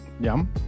Yum